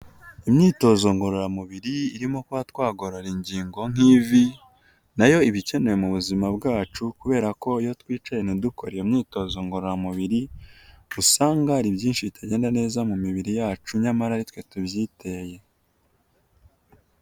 Imyitozo ngororamubiri irimo kuba twagororana ingingo nk'ivi, na yo iba ikenewe mu buzima bwacu kubera ko iyo twicaye ntidukore iyo imyitozo ngororamubiri, usanga hari byinshi bitagenda neza mu mibiri yacu nyamara ari twe tubyiteye.